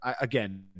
again